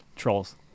Trolls